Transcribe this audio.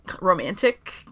romantic